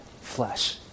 flesh